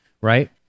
Right